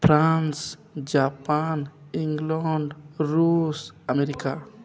France Japan England Russia America